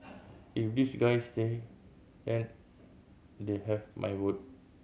if these guys stay and they'll have my vote